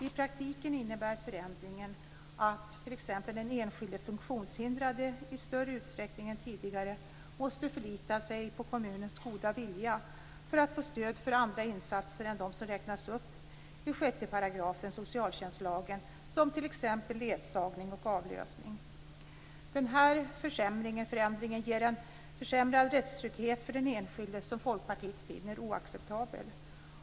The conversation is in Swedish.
I praktiken innebär förändringen att t.ex. den enskilde funktionshindrade i större utsträckning än tidigare måste förlita sig på kommunens goda vilja för att få stöd för andra insatser än dem som räknas upp i 6 § i socialtjänstlagen, t.ex. ledsagning och avlösning. Denna förändring ger en försämrad rättstrygghet för den enskilde som Folkpartiet finner oacceptabel.